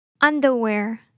Underwear